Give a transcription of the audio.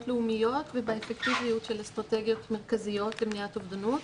לאומיות ובאפקטיביות של אסטרטגיות מרכזיות למניעת אובדנות.